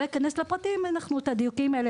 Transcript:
אני לא אכנס לפרטים את הדיוקים האלו